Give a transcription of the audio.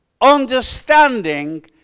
understanding